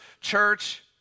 church